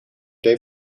day